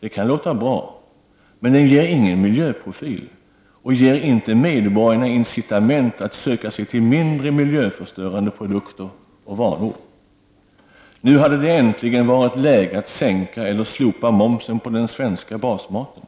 Det kan låta bra, men det ger ingen miljöprofil, och det ger inte medborgarna incitament att söka sig till mindre miljöförstörande produkter och varor. Nu hade det äntligen varit läge att sänka eller slopa momsen på den svenska basmaten,